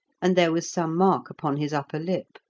and there was some mark upon his upper lip.